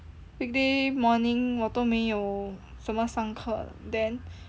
weekday morning 我都没有什么上课 then